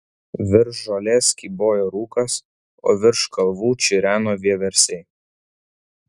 virš žolės kybojo rūkas o virš kalvų čireno vieversiai